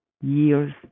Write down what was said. years